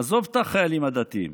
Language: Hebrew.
עזוב את החיילים הדתיים.